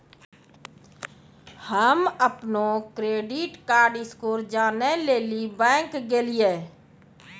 हम्म अपनो credit card score जानै लेली बैंक गेलियै